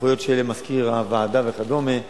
וסמכויות שיהיו למזכיר הוועדה וכדומה.